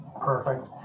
Perfect